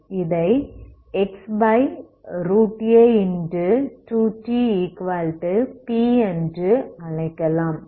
இதை x2αtp என்று அழைக்கலாம்